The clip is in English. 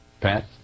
Pat